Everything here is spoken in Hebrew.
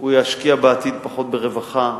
ישקיע בעתיד פחות ברווחה,